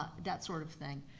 that sort of thing.